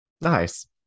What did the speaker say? nice